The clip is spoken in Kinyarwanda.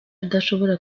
adashobora